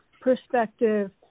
perspective